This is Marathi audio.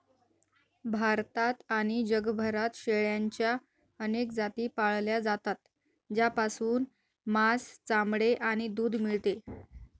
भारतात आणि जगभरात शेळ्यांच्या अनेक जाती पाळल्या जातात, ज्यापासून मांस, चामडे आणि दूध मिळते